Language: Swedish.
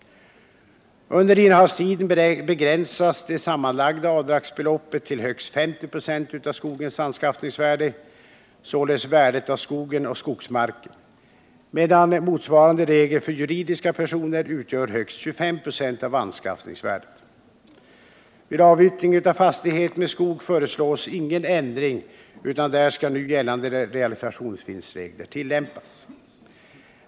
Under innehavstiden begränsas det sammanlagda avdragsbeloppet till högst 50 96 av skogens anskaffningsvärde — således värdet av skogen och skogsmarken — medan motsvarande regel för juridiska personer utgör högst 25 96 av anskaffningsvärdet. Vid avyttring av fastighet med skog föreslås ingen ändring, utan där skall nu gällande realisationsvinstregler tillämpas.